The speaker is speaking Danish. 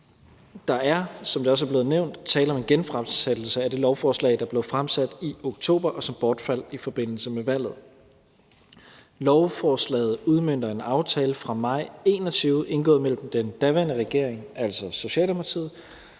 Der er, som det også er blevet nævnt, tale om en genfremsættelse af det lovforslag, der blev fremsat i oktober, og som bortfaldt i forbindelse med valget. Lovforslaget udmønter en aftale fra maj 2021 indgået mellem den daværende regering, altså Socialdemokratiet,